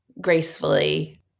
gracefully